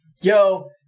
yo